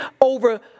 over